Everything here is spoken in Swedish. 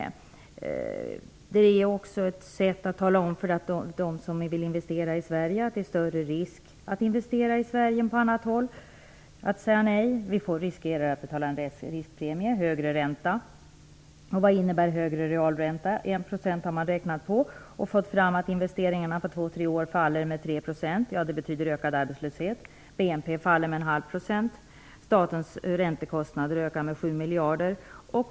Att säga nej skulle också vara ett sätt att tala om för dem som vill investera i Sverige att risken är större i Sverige än på annat håll. Sverige riskerar att få betala en riskpremie, en högre ränta. Vad innebär då en högre realränta? Man har räknat på 1 % och fått fram att investeringarna under två till tre år minskar med 3 %. Det betyder i sin tur ökad arbetslöshet. BNP minskar med 0,5 % och statens räntekostnader ökar med 7 miljarder kronor.